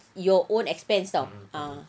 your own expense [tau] ah